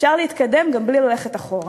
אפשר להתקדם גם בלי ללכת אחורה.